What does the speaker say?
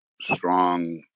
strong